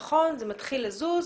נכון, זה מתחיל לזוז.